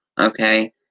okay